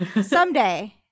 Someday